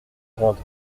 grande